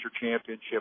championship